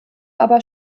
aber